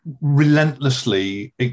relentlessly